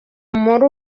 muri